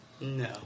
No